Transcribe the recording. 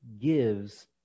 gives